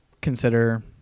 consider